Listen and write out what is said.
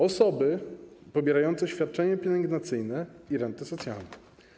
Osoby pobierające świadczenie pielęgnacyjne i rentę socjalną.